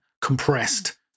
compressed